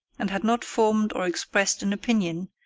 and had not formed or expressed an opinion,